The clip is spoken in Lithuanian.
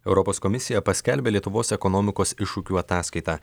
europos komisija paskelbė lietuvos ekonomikos iššūkių ataskaitą